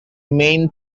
main